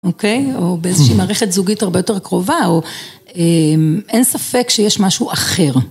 אוקיי? או באיזושהי מערכת זוגית הרבה יותר קרובה או אין ספק שיש משהו אחר.